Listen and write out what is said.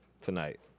tonight